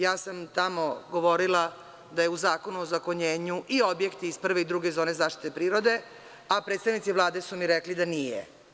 Ja sam tamo govorila da je u Zakonu o ozakonjenju i objekti iz prve i druge zaštite prirode, a predstavnici Vlade su mi rekli da nije.